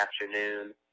afternoon